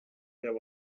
there